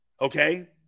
Okay